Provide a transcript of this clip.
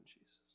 Jesus